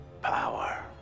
power